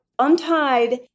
Untied